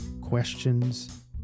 questions